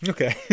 Okay